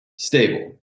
stable